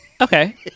okay